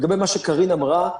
לגבי מה שקארין אמרה,